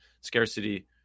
scarcity